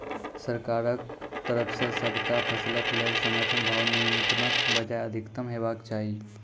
सरकारक तरफ सॅ सबटा फसलक लेल समर्थन भाव न्यूनतमक बजाय अधिकतम हेवाक चाही?